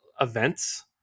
events